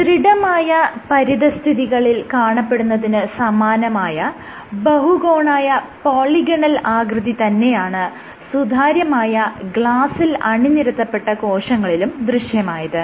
ദൃഢമായ പരിതസ്ഥിതികളിൽ കാണപ്പെടുന്നതിന് സമാനമായ ബഹുകോണായ പോളിഗണൽ ആകൃതി തന്നെയാണ് സുതാര്യമായ ഗ്ലാസ്സിൽ അണിനിരത്തപ്പെട്ട കോശങ്ങളിലും ദൃശ്യമായത്